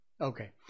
Okay